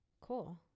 Cool